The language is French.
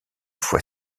fois